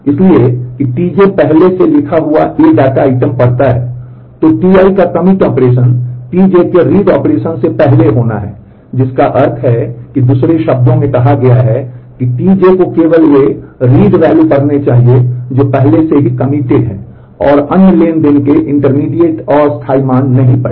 इसलिए कि Tj पहले से लिखा हुआ A डेटा आइटम पढ़ता है तो Ti का कमिट ऑपरेशन Tj के रीड ऑपरेशन से पहले होना है जिसका अर्थ है कि दूसरे शब्दों में कहा गया है कि Tj को केवल वे read वैल्यू पढ़ने चाहिए जो पहले से ही कमिटेड हैं और अन्य ट्रांज़ैक्शन के इंटरमीडिएट अस्थायी मान नहीं पढ़े